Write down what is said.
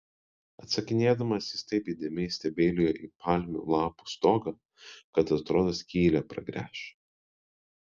atsakinėdamas jis taip įdėmiai stebeilijo į palmių lapų stogą kad atrodė skylę pragręš